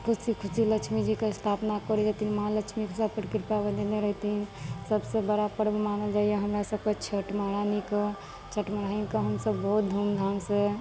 खुशी खुशी लक्ष्मी जीके स्थापना करै छथिन माँ लक्ष्मीके सबके कृपा बनेने रहथिन सबसे बड़ा पर्ब मानल जाइया हमरा सबके छठि महरानीके छठि महरानीके हमसब बहुत धूमधाम से